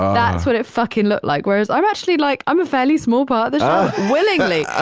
that's what it fucking looked like. whereas i'm actually like, i'm a fairly small part the show. willingly.